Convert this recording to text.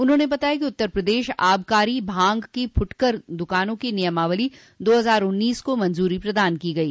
उन्होंने बताया कि उत्तर प्रदेश आबकारी भांग की फुटकर दुकानों की नियमावली दो हजार उन्नीस को मंजूरी प्रदान की गयी